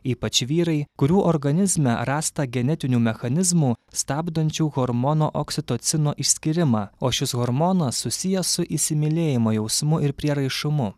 ypač vyrai kurių organizme rasta genetinių mechanizmų stabdančio hormono oksitocino išskyrimą o šis hormonas susijęs su įsimylėjimo jausmu ir prieraišumu